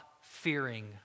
fearing